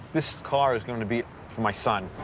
this car is going to be for my son.